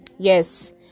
yes